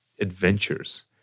adventures